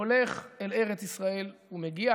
הולך אל ארץ ישראל ומגיע.